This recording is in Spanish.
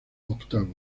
octavo